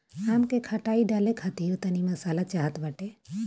आम के खटाई डाले खातिर तनी मसाला चाहत बाटे